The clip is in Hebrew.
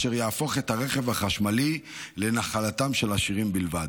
אשר יהפוך את הרכב החשמלי לנחלתם של עשירים בלבד.